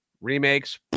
Remakes